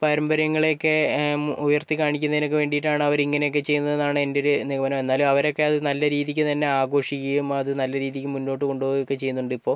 പാരമ്പര്യങ്ങളെയൊക്കെ ഉയർത്തികാണിക്കുന്നതിനൊക്കെ വേണ്ടീട്ടാണ് അവരിങ്ങനെയൊക്കെ ചെയ്യുന്നത് എന്നാണ് എൻ്റെ ഒരു നിഗമനം എന്നാലും അവരൊക്കെ അത് നല്ല രീതിക്കു തന്നെ ആഘോഷിക്കുകയും അത് നല്ല രീതിക്ക് മുന്നോട്ട് കൊണ്ടുപോവുകയുമൊക്കെ ചെയ്യുന്നുണ്ടിപ്പോൾ ഇപ്പോൾ